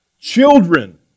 children